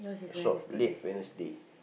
shop late Wednesday